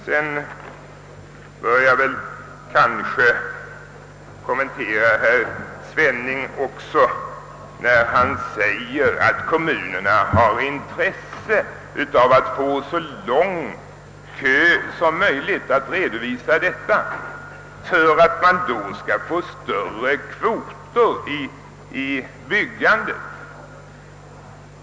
Kanske bör jag också kommentera herr Svennings uttalande att kommunerna har intresse av att kunna redovisa så lång kö som möjligt för att därigenom få större kvoter för byggandet.